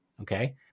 Okay